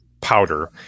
powder